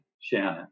Shannon